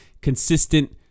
consistent